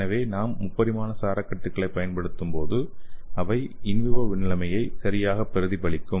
எனவே நாம் முப்பரிமாண சாரக்கட்டுகளைப் பயன்படுத்தும்போது அவை இன் விவோ நிலையை சரியாக பிரதிபலிக்கும்